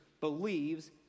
believes